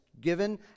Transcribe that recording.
given